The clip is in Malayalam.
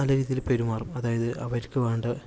നല്ല രീതിയിൽ പെരുമാറും അതായത് അവർക്ക് വേണ്ട